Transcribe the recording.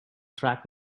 track